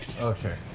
Okay